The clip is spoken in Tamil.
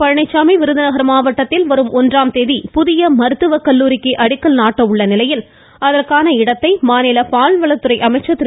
பழனிச்சாமி விருதுநகர் மாவட்டத்தில் வரும் ஒன்றாம் தேதி புதிய மருத்துவக்கல்லூரிக்கு அடிக்கல் நாட்ட உள்ள நிலையில் அதற்கான இடத்தையும் விழா மேடையையும் மாநில பால்வளத்துறை அமைச்சர் திரு